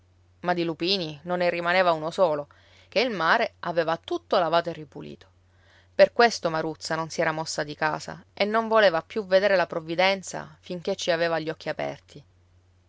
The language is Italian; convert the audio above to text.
ma di lupini non ne rimaneva uno solo ché il mare aveva tutto lavato e ripulito per questo maruzza non si era mossa di casa e non voleva più vedere la provvidenza finché ci aveva gli occhi aperti